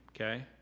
okay